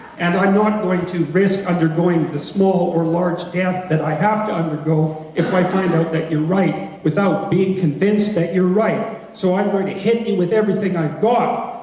and i'm not going to risk undergoing the small or large death that i have to undergo, if i find out that you're right, without being convinced that you're right, so i'm going to hit you with everything i've got,